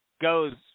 goes